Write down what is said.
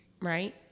right